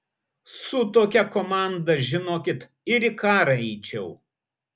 su tokia komanda žinokit ir į karą eičiau